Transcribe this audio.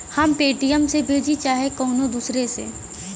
हम पेटीएम से भेजीं चाहे कउनो दूसरे से